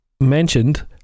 Mentioned